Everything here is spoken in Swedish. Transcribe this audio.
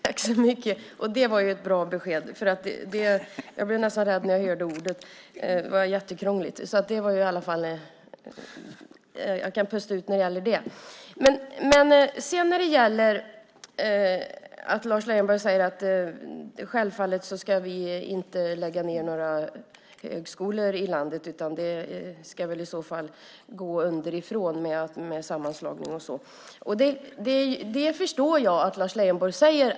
Herr talman! Det var ett bra besked! Jag blev nästan rädd när jag hörde ordet, för det var så krångligt. Jag kan alltså pusta ut när det gäller det. Jag förstår att Lars Leijonborg säger det han säger, att vi självfallet inte ska lägga ned några högskolor i landet, utan det ska i så fall komma underifrån med sammanslagning och så vidare.